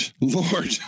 Lord